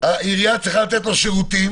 העירייה צריכה לתת לו שירותים,